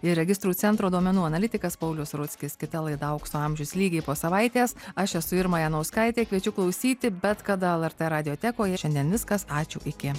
ir registrų centro duomenų analitikas paulius rudzkis kita laida aukso amžius lygiai po savaitės aš esu irma janauskaitė kviečiu klausyti bet kada lrt radiotekoj šiandien viskas ačiū iki